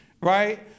right